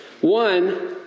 One